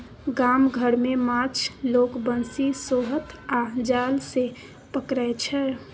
गाम घर मे माछ लोक बंशी, सोहथ आ जाल सँ पकरै छै